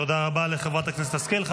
תודה רבה לחברת הכנסת השכל.